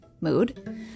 mood